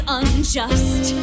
unjust